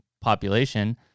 population